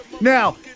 Now